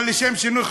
אבל לשם שינוי,